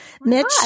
Mitch